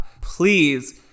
please